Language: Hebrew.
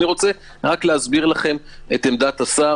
אני רוצה להסביר את עמדת השר,